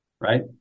Right